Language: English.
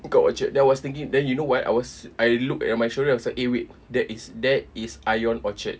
buka orchard then I was thinking then you know what I was I looked at my shoulder I was like eh wait that is that is ion orchard